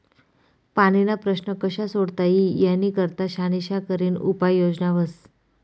पाणीना प्रश्न कशा सोडता ई यानी करता शानिशा करीन उपाय योजना व्हस